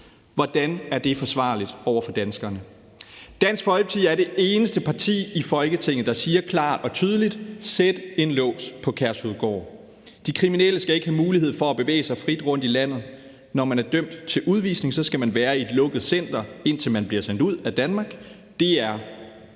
Hvordan er det forsvarligt over for danskerne? Dansk Folkeparti er det eneste parti i Folketinget, der siger klart og tydeligt: Sæt en lås på Kærshovedgård. De kriminelle skal ikke have mulighed for at bevæge sig frit rundt i landet. Når man er dømt til udvisning, skal man være i et lukket center, indtil man bliver sendt ud af Danmark – det er